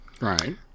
Right